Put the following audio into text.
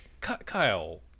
kyle